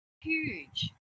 huge